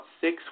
six